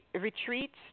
retreats